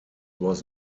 was